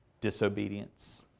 disobedience